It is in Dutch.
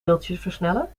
deeltjesversneller